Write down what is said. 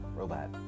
robot